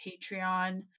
patreon